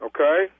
Okay